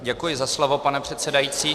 Děkuji za slovo, pane předsedající.